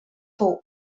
fou